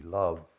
love